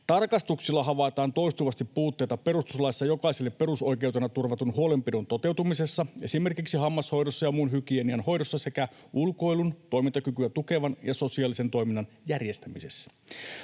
Tarkastuksilla havaitaan toistuvasti puutteita perustuslaissa jokaiselle perusoikeutena turvatun huolenpidon toteutumisessa esimerkiksi hammashoidossa ja muun hygienian hoidossa sekä ulkoilun toimintakykyä tukevan ja sosiaalisen toiminnan järjestämisessä.